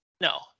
no